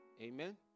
Amen